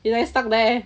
and I stuck there